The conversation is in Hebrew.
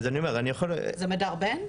זה מדרבן?